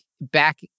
back